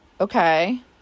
Okay